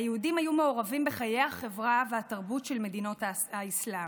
היהודים היו מעורבים בחיי החברה והתרבות של מדינות האסלאם: